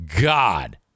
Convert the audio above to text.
God